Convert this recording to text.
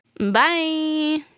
Bye